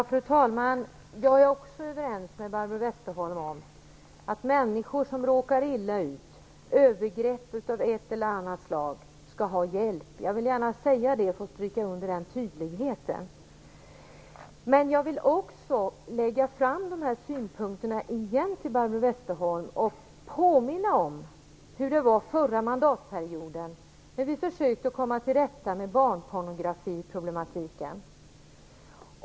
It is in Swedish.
Fru talman! Jag är i min tur överens med Barbro Westerholm om att människor som råkar illa ut genom övergrepp av ett eller annat slag skall ha hjälp. Jag vill gärna tydligt stryka under detta. Men jag vill också återigen påminna Barbro Westerholm om hur det var under den förra mandatperioden, när vi försökte komma till rätta med barnpornografiproblematiken.